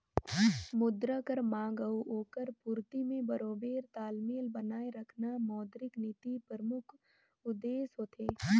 मुद्रा कर मांग अउ ओकर पूरती में बरोबेर तालमेल बनाए रखना मौद्रिक नीति परमुख उद्देस होथे